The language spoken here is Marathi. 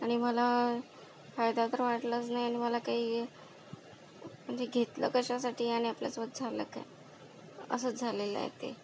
आणि मला फायदा तर वाटलाच नाही आणि मला काही म्हणजे घेतलं कशासाठी आणि आपल्यासोबत झालं काय असंच झालेलं आहे ते